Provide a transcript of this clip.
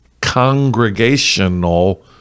congregational